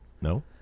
No